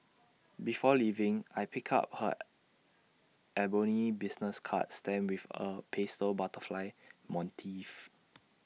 before leaving I pick up her ebony business card stamped with A pastel butterfly motif